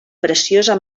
preciosa